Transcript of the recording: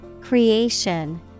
Creation